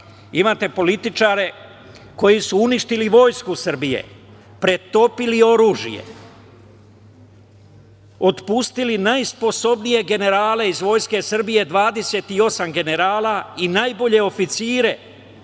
imate političare koji su uništili Vojsku Srbije, pretopili oružje. Otpustili najsposobnije generale iz Vojske Srbije, 28 generala i najbolje oficire